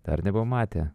dar nebuvom matę